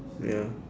ya